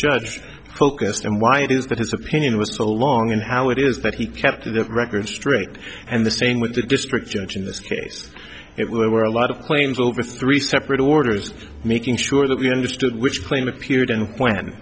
judge focused and why it is that his opinion was so long and how it is that he kept the record straight and the same with the district judge in this case it were a lot of claims over three separate orders making sure that we understood which claim appeared and